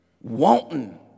Wanting